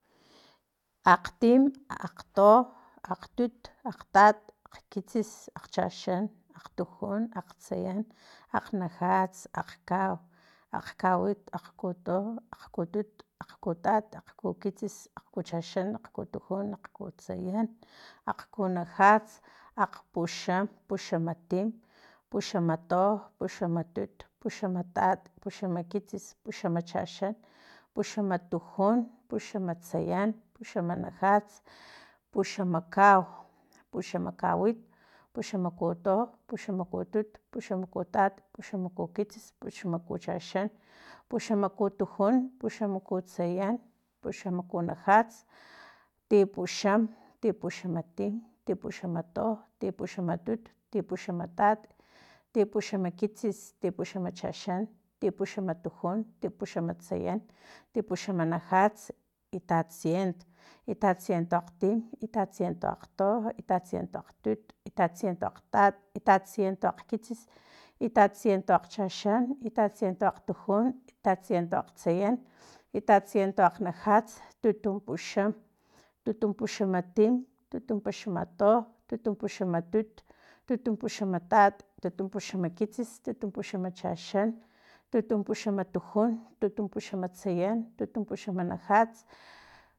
Akgtim, akgto, akgtutu, akgtati, akgkitsis, akgchaxan, akgtujun, akgtsayan, akgnajats akgkau, akgkawit. akgkuto, akgkutut, akgutat akgkukitsis akgkuchaxan akgkutujun akgkutsayan akgkunajats akgpuxan. puxamatim, puxamato, puxamatut, puxamatat, puxamakitsis, puxamachaxan, puxamatujun, puxamatsayan, puxamanajats, puxama kau, puxamakawit puxamakuto puxamkutut, puxamatat, puxamakukitsis, puxamakuchaxan, puxamakutujun, paxamakutsayan puxamakunajats, tipuxam, tipuxamatin, tipuxamatu, tipuxamatut, tipuxamatat, tipuxamakitsis, tipuxamachaxan, tipuxamatujun, tipuamatsayan tipuxamanajts, itatsient itatsiento akgtim, itatsiento akgto, itatsiento akgtut, itatsiento akgtat, itatsiento akgkitsis, itatsiento akgchaxan itatsiento akgtujun, itatsiento akgtsayan, itatsiento akgtujun, itatsiento akgtsayan itatsiento akgnajats tutumpaxam, tutunpaxama tim, tutumpaxama to tutumpaxama tut tutumpaxama tat tutumpaxama kitsis, tutumpaxama chaxan, tutumpaxama tujun, tutumpaxama tsayan, tutumpaxama najats